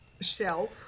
shelf